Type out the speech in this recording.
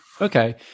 Okay